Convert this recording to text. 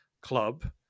Club